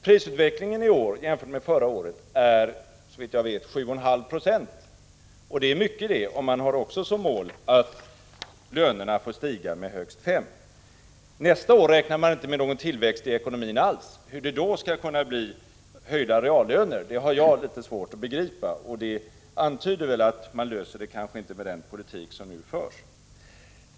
Prisökningen i år jämfört med 1984 blir såvitt jag vet 7,5 Jo. Det är mycket det, samtidigt som man har som mål att lönerna får stiga med högst 5 Jo. För nästa år räknar man inte med någon tillväxt alls i ekonomin. Hur det då skall kunna bli en höjning av reallönerna har jag litet svårt att begripa. Det antyder kanske att dessa problem inte kan lösas med den politik som nu förs.